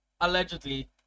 allegedly